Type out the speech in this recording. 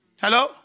Hello